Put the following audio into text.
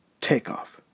takeoff